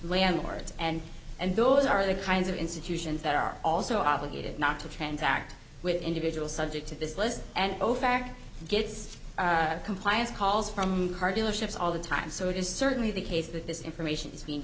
landlords and and those are the kinds of institutions that are also obligated not to transact with individuals subject to this list and ofac gets compliance calls from car dealerships all the time so it is certainly the case that this information is being